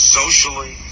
socially